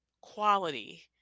quality